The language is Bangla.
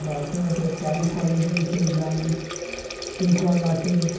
বাড়িতে বাড়িতে টাইম কলও দিয়েছে গ্রামে টিউবওয়েল আছে